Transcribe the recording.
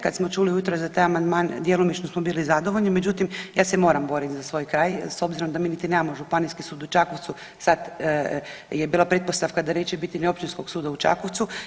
Kad smo čuli ujutro za taj amandman djelomično smo bili zadovoljni, međutim ja se moram boriti za svoj kraj s obzirom da mi niti nemamo Županijski sud u Čakovcu, sad je bila pretpostavka da neće biti ni Općinskog suda u Čakovcu.